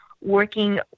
working